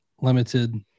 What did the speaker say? limited